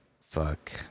fuck